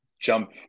jump